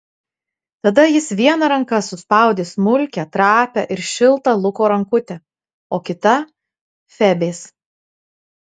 tada jis viena ranka suspaudė smulkią trapią ir šiltą luko rankutę o kita febės